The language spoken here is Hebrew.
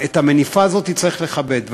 את המניפה הזאת צריך לכבד.